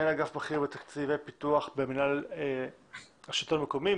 מנהל אגף בכיר ותקציבי פיתוח במינהל הרשות המקומית,